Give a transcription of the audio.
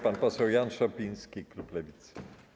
Pan poseł Jan Szopiński, klub Lewicy.